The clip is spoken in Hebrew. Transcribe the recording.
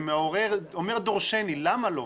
זה אומר דרשני, למה לא?